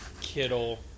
Kittle